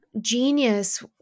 genius